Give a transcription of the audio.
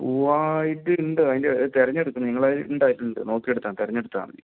പൂവ് ആയിട്ട് ഉണ്ട് അതിൻ്റെ തിരഞ്ഞ് എടുക്കണം നിങ്ങൾ ഉണ്ട് അതില് അത് ഉണ്ട് നോക്കി എടുത്താമതി തിരഞ്ഞ് എടുത്താമതി